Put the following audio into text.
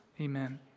Amen